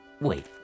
Wait